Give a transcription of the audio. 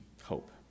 Hope